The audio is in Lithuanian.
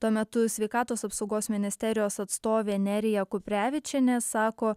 tuo metu sveikatos apsaugos ministerijos atstovė nerija kuprevičienė sako